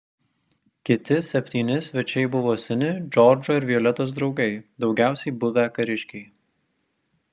kiti septyni svečiai buvo seni džordžo ir violetos draugai daugiausiai buvę kariškiai